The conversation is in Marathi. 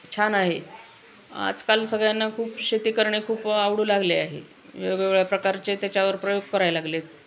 छान आहे आजकाल सगळ्यांना खूप शेती करणे खूप आवडू लागले आहे वेगवेगळ्या प्रकारचे त्याच्यावर प्रयोग करायला लागले आहेत